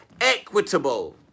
equitable